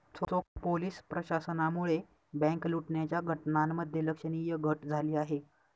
चोख पोलीस प्रशासनामुळे बँक लुटण्याच्या घटनांमध्ये लक्षणीय घट झाली आहे